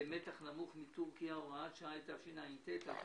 למתח נמוך מטורקיה) (הוראת שעה), התשע"ט-2019.